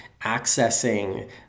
accessing